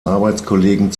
arbeitskollegen